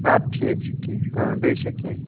اَدٕ ٹھیٖک چھُ کیٚنٛہہ چھُنہٕ بیٚیہِ چھا کیٚنٛہہ